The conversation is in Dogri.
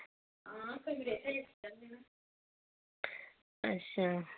अच्छा